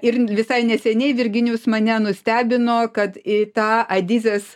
ir visai neseniai virginijus mane nustebino kad į tą adizės